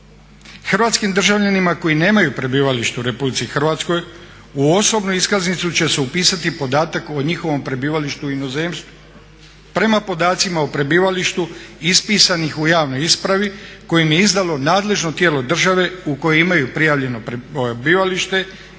Hrvatskim državljanima koji nemaju prebivalište u RH u osobnu iskaznicu će se upisati podatak o njihovom prebivalištu u inozemstvu. Prema podacima o prebivalištu ispisanih u javnoj ispravi koje je izdalo nadležno tijelo države u kojoj imaju prijavljeno prebivalište